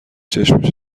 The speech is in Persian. چشم